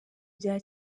bya